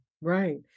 Right